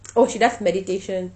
oh she does meditation